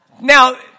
Now